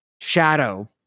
shadow